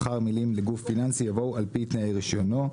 לאחר המילים "לגוף פיננסי" יבוא "על פי תנאי רישיונו".